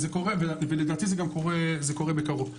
לדעתי, זה קורה בקרוב.